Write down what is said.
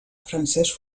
francesc